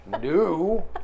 new